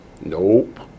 Nope